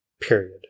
period